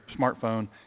smartphone